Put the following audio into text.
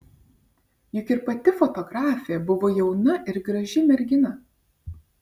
juk ir pati fotografė buvo jauna ir graži mergina